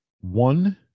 One